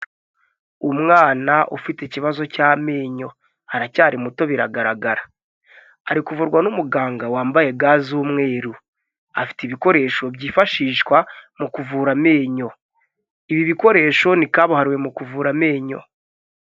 Umwana ufite ikibazo cy'amenyo aracyari muto biragaragara, ari kuvurwa n'umuganga wambaye ga z'umweru afite ibikoresho byifashishwa mu kuvura amenyo, ibi bikoresho ni kabuhariwe mu kuvura amenyo.